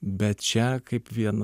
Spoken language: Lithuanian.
bet čia kaip vien